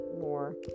more